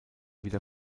wieder